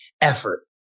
effort